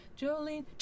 Jolene